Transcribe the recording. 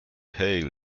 hail